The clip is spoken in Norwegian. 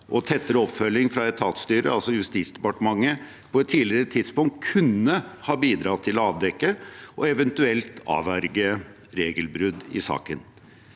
og tettere oppfølging fra etatsstyret, altså Justisdepartementet, på et tidligere tidspunkt kunne ha bidratt til å avdekke og eventuelt avverge regelbrudd i saken.